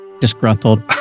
disgruntled